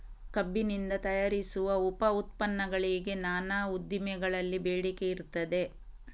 ಕಬ್ಬಿನಿಂದ ತಯಾರಿಸುವ ಉಪ ಉತ್ಪನ್ನಗಳಿಗೆ ನಾನಾ ಉದ್ದಿಮೆಗಳಲ್ಲಿ ಬೇಡಿಕೆ ಇರ್ತದೆ